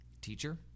Teacher